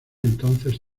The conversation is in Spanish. entonces